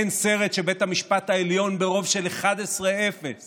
אין סרט שבית המשפט העליון ברוב של 11 מול אפס